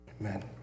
Amen